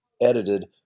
edited